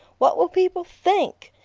what will people think?